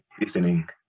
listening